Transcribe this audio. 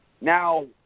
Now